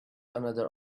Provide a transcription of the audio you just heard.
another